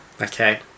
Okay